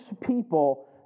people